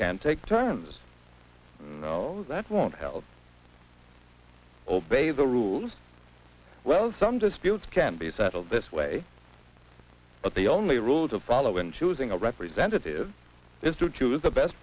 can take turns you know that won't help obey the rules well some disputes can be settled this way but the only rule to follow when choosing a representative is to choose the best